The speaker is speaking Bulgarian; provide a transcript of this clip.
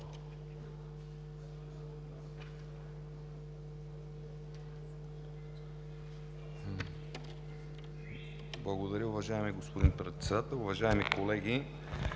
Благодаря, уважаеми господин Председател. Уважаеми колеги!